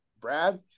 Brad